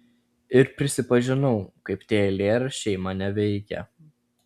ir prisipažinau kaip tie eilėraščiai mane veikia